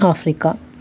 Africa